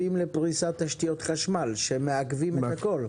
לפריסת תשתיות חשמל שמעכבות את הכל.